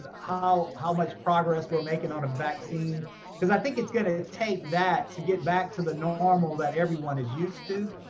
how how much progress we're making on a vaccine cause i think it's gonna take that to get back to the normal that everyone is used to.